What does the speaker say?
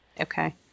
Okay